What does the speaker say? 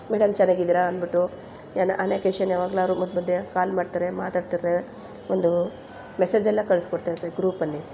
madam ಚೆನ್ನಾಗಿದ್ದೀರಾ ಅಂದ್ಬಿಟ್ಟು ಎನ್ನ ಅನಕೇಷನ್ ಯಾವಾಗ್ಲಾದ್ರು ಮಧ್ಯೆ ಮಧ್ಯೆ ಕಾಲ್ ಮಾಡ್ತಾರೆ ಮಾತಾಡ್ತಾರೆ ಒಂದೂ ಮೆಸೇಜ್ ಎಲ್ಲ ಕಳ್ಸಿ ಕೊಡ್ತಾಯಿರ್ತಾರೆ ಗ್ರೂಪಲ್ಲಿ